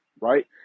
right